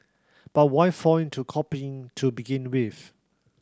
but why fall into copying to begin with